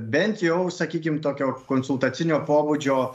bent jau sakykim tokio konsultacinio pobūdžio